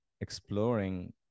exploring